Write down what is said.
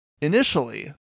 Initially